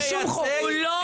הוא לא חוקי.